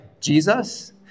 Jesus